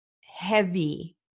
heavy